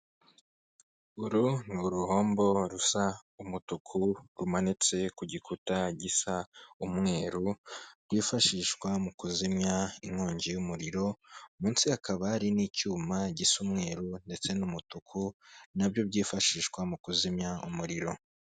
Uru ni uruhombo rusa umutuku rumanitse ku gikuta gisa umweru, rwifashishwa mu kuzimya inkongi y'umuriro, munsi hakaba hari n'icyuma gisa umweru ndetse n'umutuku nabyo byifashishwa mu kuzimya umuriro.